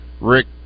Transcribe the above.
Rick